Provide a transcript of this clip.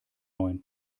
neuen